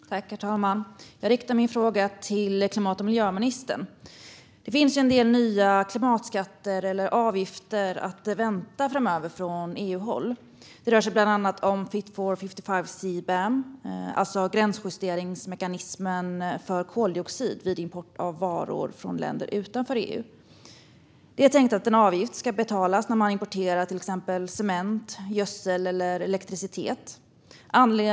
Herr talman! Jag riktar min fråga till klimat och miljöministern. Det finns en del nya klimatskatter eller avgifter att vänta framöver från EU-håll. Det rör sig bland annat om Fit for 55 och CBAM, alltså gränsjusteringsmekanismen för koldioxid vid import av varor från länder utanför EU. Det är tänkt att en avgift ska betalas när man importerar till exempel cement, gödsel eller elektricitet.